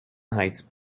heights